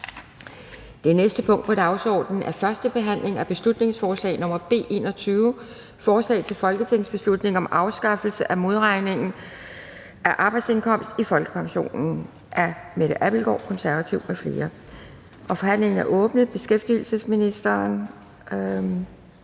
Det næste punkt på dagsordenen er: 5) 1. behandling af beslutningsforslag nr. B 21: Forslag til folketingsbeslutning om afskaffelse af modregningen af arbejdsindkomst i folkepensionen. Af Mette Abildgaard (KF) m.fl. (Fremsættelse